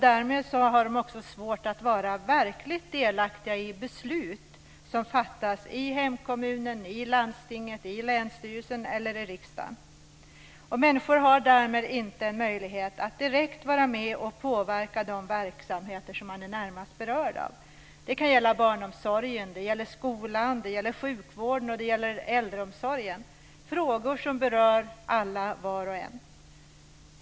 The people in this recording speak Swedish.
Därmed har de också svårt att vara verkligt delaktiga i beslut som fattas i hemkommunen, i landstinget, i länsstyrelsen eller i riksdagen. Människor har därmed inte en möjlighet att direkt vara med och påverka de verksamheter som de är närmast berörda av. Det kan gälla barnomsorgen. Det gäller skolan. Det gäller sjukvården, och det gäller äldreomsorgen. Det är frågor som berör alla, var och en.